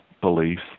beliefs